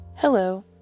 Hello